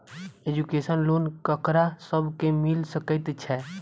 Education loan ककरा सब केँ मिल सकैत छै?